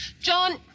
John